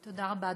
תודה רבה,